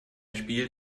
spiel